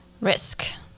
risk